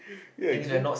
ya against